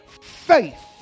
Faith